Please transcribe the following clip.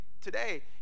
today